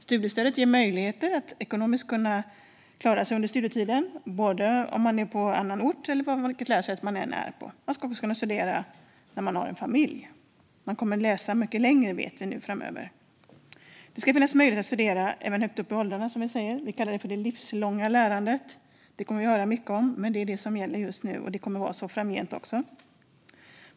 Studiestödet ger möjligheter att klara sig ekonomiskt under studietiden oavsett om man är på annan ort eller vilket lärosäte man är vid. Man ska också kunna studera när man har familj; vi vet nu att man kommer att läsa mycket framöver. Det ska finnas möjlighet att studera även högt upp i åldrarna - vi kallar det för det livslånga lärandet. Detta kommer vi att höra mycket om, men det är det som gäller just nu. Det kommer också att vara så framgent.